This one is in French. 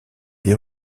des